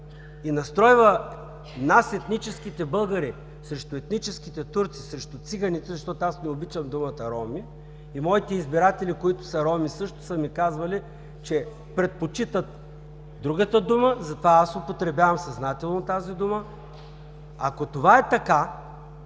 и настройва нас, етническите българи, срещу етническите турци, срещу циганите, защото аз не обичам думата „роми“ и моите избиратели, които са роми, също са ми казвали, че предпочитат другата дума, затова аз съзнателно употребявам тази дума, ако това е така,